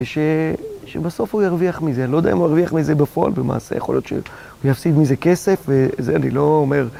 שבסוף הוא ירוויח מזה, אני לא יודע אם הוא ירוויח מזה בפועל במעשה, יכול להיות שהוא יפסיד מזה כסף, וזה אני לא אומר.